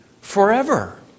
forever